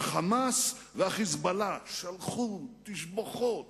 ה"חמאס" וה"חיזבאללה" שלחו תשבחות,